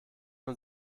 von